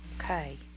Okay